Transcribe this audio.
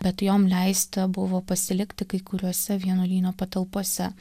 bet jom leista buvo pasilikti kai kuriuose vienuolynų patalpose